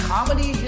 Comedy